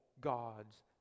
God's